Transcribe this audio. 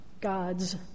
God's